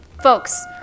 folks